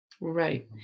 Right